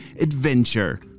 adventure